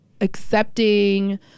accepting